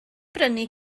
brynu